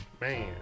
man